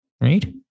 right